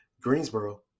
Greensboro